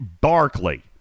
Barkley